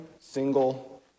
single